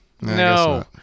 No